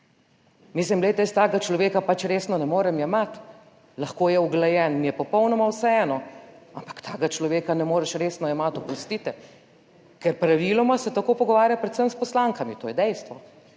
Mislim, glejte, jaz takega človeka pač resno ne morem jemati. Lahko je uglajen, mi je popolnoma vseeno, ampak takega človeka ne moreš resno jemati, oprostite, ker praviloma se tako pogovarja predvsem s poslankami. To je dejstvo.